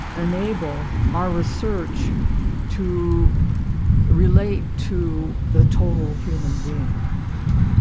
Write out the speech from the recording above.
enable our research to relate to the total human being.